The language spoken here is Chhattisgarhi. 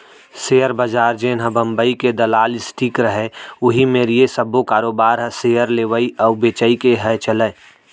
सेयर बजार जेनहा बंबई के दलाल स्टीक रहय उही मेर ये सब्बो कारोबार ह सेयर लेवई अउ बेचई के ह चलय